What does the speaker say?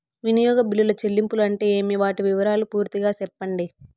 వినియోగ బిల్లుల చెల్లింపులు అంటే ఏమి? వాటి వివరాలు పూర్తిగా సెప్పండి?